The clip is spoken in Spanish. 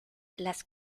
las